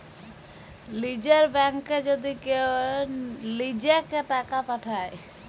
লীযের ব্যাংকে যদি কেউ লিজেঁকে টাকা পাঠায়